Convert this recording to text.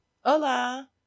Hola